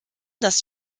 dass